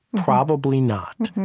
probably not.